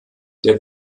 der